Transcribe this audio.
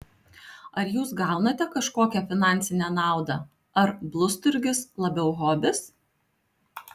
ar jūs gaunate kažkokią finansinę naudą ar blusturgis labiau hobis